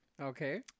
Okay